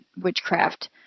witchcraft